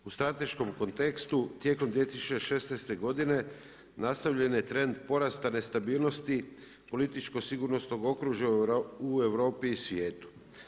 U strateškom kontekstu tijekom 2016. godine nastavljen je trend porasta nestabilnosti političko sigurnosnog okružja u Europi i svijetu.